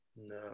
No